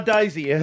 Daisy